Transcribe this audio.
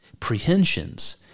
Prehensions